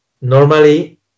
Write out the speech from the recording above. Normally